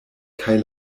kaj